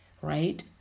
Right